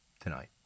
tonight